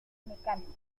mecánicas